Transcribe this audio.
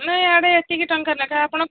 ନାଇଁ ଇଆଡ଼େ ଏତିିକି ଟଙ୍କା ଲେଖା ଆପଣ